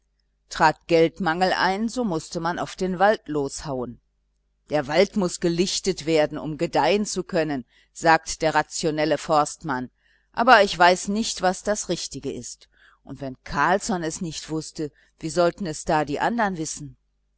trat geldmangel ein so mußte man auf den wald loshauen der wald muß gelichtet werden um gedeihen zu können sagt der rationelle forstmann aber ich weiß nicht was das richtige ist und wenn carlsson es nicht wußte wie sollten es da die andern wissen